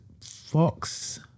Fox